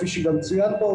כפי שצוין פה,